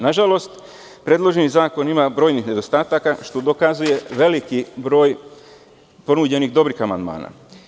Nažalost, predloženi zakon ima brojnih nedostataka, što dokazuje veliki broj ponuđenih dobrih amandmana.